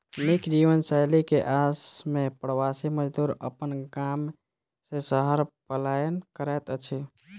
नीक जीवनशैली के आस में प्रवासी मजदूर अपन गाम से शहर पलायन करैत अछि